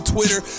Twitter